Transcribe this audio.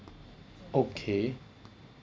okay